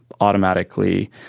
automatically